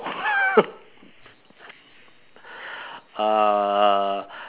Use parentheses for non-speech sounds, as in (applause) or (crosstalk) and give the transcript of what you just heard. (laughs) uh